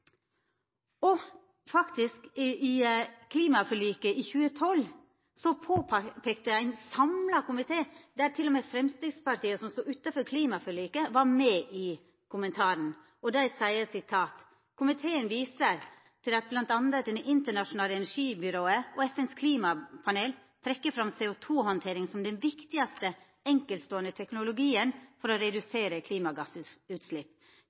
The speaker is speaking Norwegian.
I klimaforliket i 2012 påpeikte faktisk ein samla komité – der til og med Framstegspartiet, som stod utanfor klimaforliket, var med i kommentaren – følgjande: «Komiteen viser til at blant annet Det internasjonale energibyrået og FNs klimapanel trekker frem CO2-håndtering som den viktigste enkeltstående teknologien for å